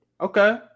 Okay